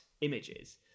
images